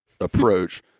approach